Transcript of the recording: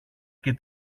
και